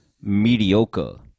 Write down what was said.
mediocre